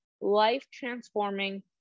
life-transforming